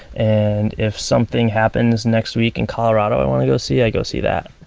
and if something happens next week in colorado i want to go see, i go see that.